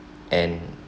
and